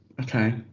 okay